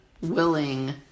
willing